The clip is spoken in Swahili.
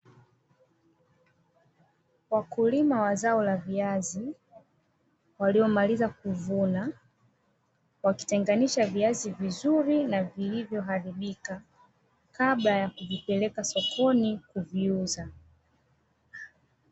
Wakulima wa zao la viazi waliomaliza kuvuna wakitenganisha viazi vizuri na vilivyoharibika kabla ya kuvipeleka sokoni kuviuza.